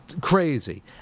crazy